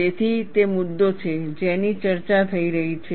તેથી તે મુદ્દો છે જેની ચર્ચા થઈ રહી છે